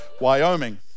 Wyoming